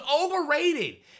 overrated